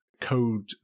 code